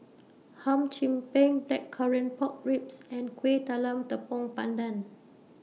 Hum Chim Peng Blackcurrant Pork Ribs and Kuih Talam Tepong Pandan